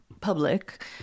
public